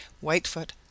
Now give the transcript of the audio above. Whitefoot